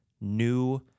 new